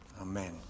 Amen